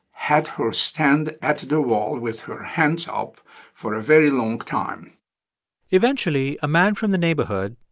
had her stand at the wall with her hands up for a very long time eventually, a man from the neighborhood,